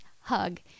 hug